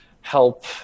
help